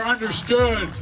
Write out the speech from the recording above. understood